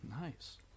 Nice